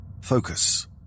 focus